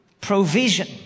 provision